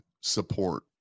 support